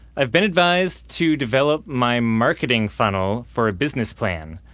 i've been advised to develop my marketing funnel for a business plan.